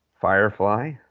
Firefly